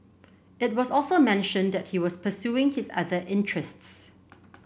it was also mentioned that he was pursuing his other interests